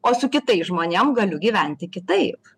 o su kitais žmonėm galiu gyventi kitaip